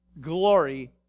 glory